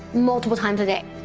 multiple times a day.